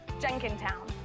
Jenkintown